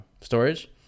storage